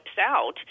out